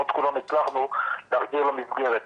לא את כולם הצלחנו להחזיר למסגרת.